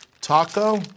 taco